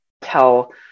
tell